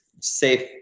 safe